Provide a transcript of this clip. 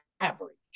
average